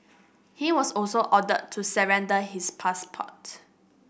he was also ordered to surrender his passport